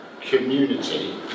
community